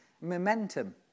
momentum